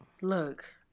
Look